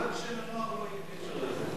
רק שלנוער לא יהיה קשר לזה.